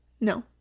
No